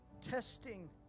testing